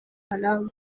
haram